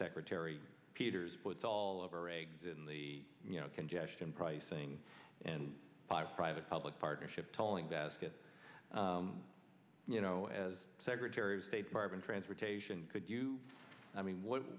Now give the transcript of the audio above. secretary peters puts all of our eggs in the you know congestion pricing and five private public partnership tolling basket you know as secretary of state department transportation could you i mean what